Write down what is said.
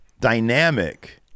dynamic